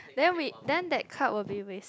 then we then that card will be waste